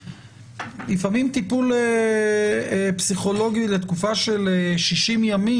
לפעמים טיפול פסיכולוגי לתקופה של 60 ימים,